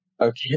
okay